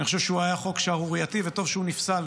אני חושב שהוא היה חוק שערורייתי, וטוב שהוא נפסל.